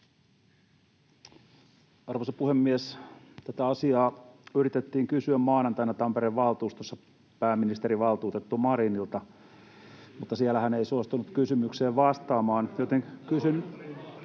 Arvoisa puhemies! Tätä asiaa yritettiin kysyä maanantaina Tampereen valtuustossa pääministeri, valtuutettu Marinilta, mutta siellä hän ei suostunut kysymykseen vastaamaan,